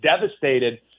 devastated